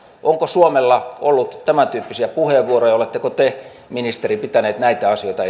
onko suomella ollut tämäntyyppisiä puheenvuoroja ja oletteko te ministeri pitänyt näitä asioita